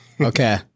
Okay